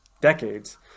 decades